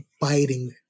biting